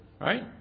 Right